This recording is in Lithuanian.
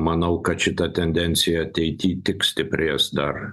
manau kad šita tendencija ateity tik stiprės dar